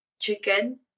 chicken